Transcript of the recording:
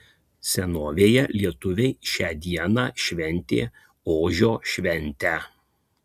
senovėje lietuviai šią dieną šventė ožio šventę